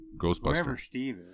ghostbuster